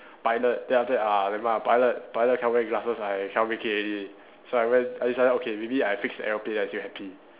pilot then after that uh never mind ah pilot pilot can't wear glasses I cannot make it already so I went I decided okay maybe I fix the aeroplane I still happy